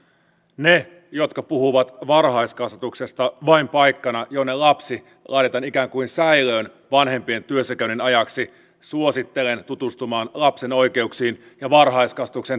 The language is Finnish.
niitä jotka puhuvat varhaiskasvatuksesta vain paikkana jonne lapsi laitetaan ikään kuin säilöön vanhempien työssäkäynnin ajaksi suosittelen tutustumaan lapsen oikeuksiin ja varhaiskasvatuksen tärkeyteen